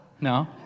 No